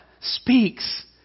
speaks